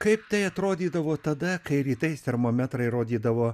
kaip tai atrodydavo tada kai rytais termometrai rodydavo